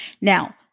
Now